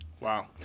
wow